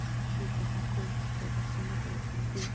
ଶିଖି ତାହାକୁ ପ୍ରଦର୍ଶନ କରିଥାନ୍ତି